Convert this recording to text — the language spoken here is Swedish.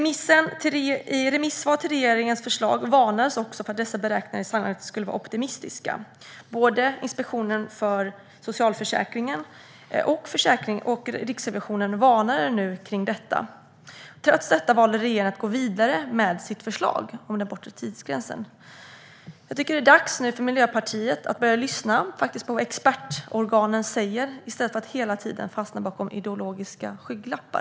I remissvar till regeringen varnades för att dessa beräkningar sannolikt skulle vara optimistiska. Både Inspektionen för socialförsäkringen och Riksrevisionen varnade för detta. Trots detta valde regeringen att gå vidare med sitt förslag. Jag tycker att det nu är dags för Miljöpartiet att börja lyssna på vad expertorganen säger i stället för att hela tiden fastna bakom ideologiska skygglappar.